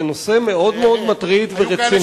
זה נושא מאוד-מאוד מטריד ורציני.